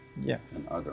Yes